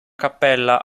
cappella